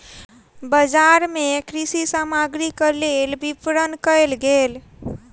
बजार मे कृषि सामग्रीक लेल विपरण कयल गेल